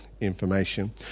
information